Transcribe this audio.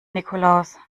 nikolaus